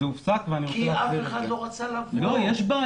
כי אף אחד לא רצה לבוא לשם.